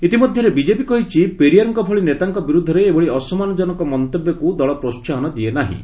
ଇତି ମଧ୍ୟରେ ବିକେପି କହିଛି ପେରିୟାର୍କ ଭଳି ନେତାଙ୍କ ବିରୋଧରେ ଏଭଳି ଅସମ୍ମାନଙ୍କନକ ମନ୍ତବ୍ୟକୁ ପ୍ରୋହାହନ ଦିଏ ନାହିଁ